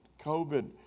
COVID